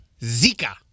Zika